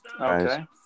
Okay